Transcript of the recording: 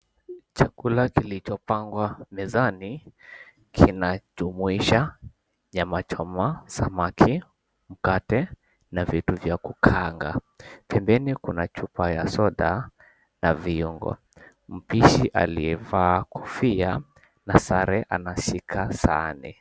Chakula kilichopangwa mezani, kinajumuisha nyama choma, samaki, mkate, na vitu vya kukaanga. Pembeni kuna chupa ya soda na viungo. Mpishi aliyevaa kofia, na sare anashika sahani.